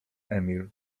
emil